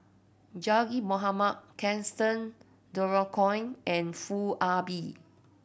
Zaqy Mohamad Gaston Dutronquoy and Foo Ah Bee